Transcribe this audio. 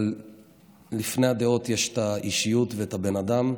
אבל לפני הדעות יש את האישיות ואת הבן אדם,